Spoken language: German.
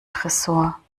tresor